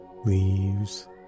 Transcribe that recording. leaves